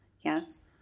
yes